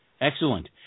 Excellent